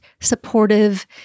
supportive